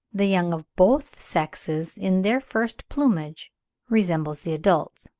the young of both sexes in their first plumage resemble the adults,